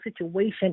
situation